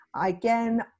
Again